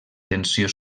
tensió